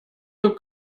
zur